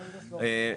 הוא קורה את הערר,